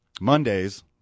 Mondays